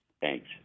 Thanks